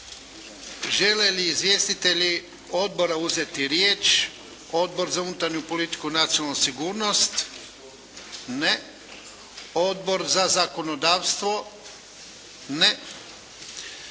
Žele li izvjestitelji odbora uzeti riječ? Odbor za unutarnju politiku i nacionalnu sigurnost? Ne. Odbor za zakonodavstvo? Ne.